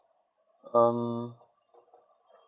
um